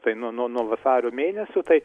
tai nuo nuo nuo vasario mėnesio tai